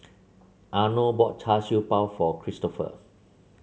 Arno bought Char Siew Bao for Kristoffer